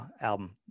album